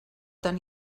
tan